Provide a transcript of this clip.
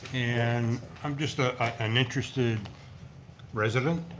and i'm just ah an interested resident.